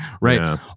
right